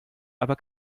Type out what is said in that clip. aber